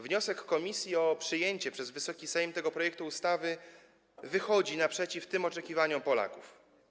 Wniosek komisji o przyjęcie przez Wysoki Sejm tego projektu ustawy wychodzi naprzeciw tym oczekiwaniom Polaków.